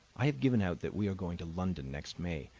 i have given out that we are going to london next may.